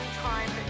time